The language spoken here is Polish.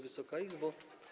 Wysoka Izbo!